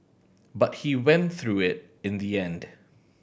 but he went through it in the end